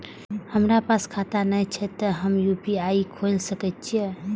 हमरा पास खाता ने छे ते हम यू.पी.आई खोल सके छिए?